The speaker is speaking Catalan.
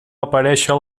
aparèixer